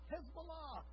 Hezbollah